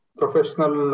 professional